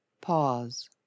pause